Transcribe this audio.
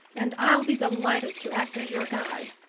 and i'll be delighted to act as your guide.